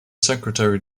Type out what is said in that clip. secretary